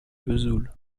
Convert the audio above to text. vesoul